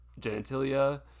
genitalia